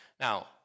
Now